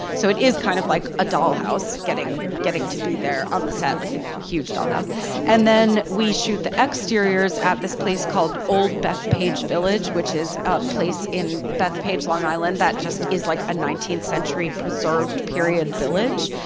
so it is kind of like a dollhouse getting getting to be there on the set like a huge dollhouse and then we shoot the exteriors at this place called old bethpage village which is a place in bethpage long island that just is like a nineteenth century preserved period village.